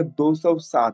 207